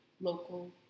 local